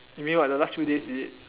you mean what the last few days is it